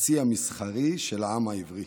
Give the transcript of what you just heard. הצי המסחרי של העם העברי".